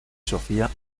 sofía